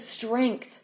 strength